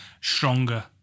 stronger